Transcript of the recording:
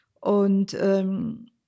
Und